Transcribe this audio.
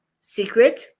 secret